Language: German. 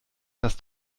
dass